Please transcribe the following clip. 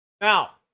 Now